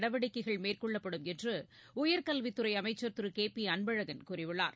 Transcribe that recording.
நடவடிக்கைகள் மேற்கொள்ளப்படும் என்று உயர்கல்வித்துறை அமைச்சர் திரு கே பி அன்பழகன் கூறியுள்ளார்